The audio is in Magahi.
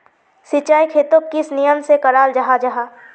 सिंचाई खेतोक किस नियम से कराल जाहा जाहा?